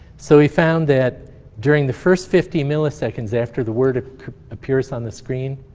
so he found that during the first fifty milliseconds after the word appears on the screen,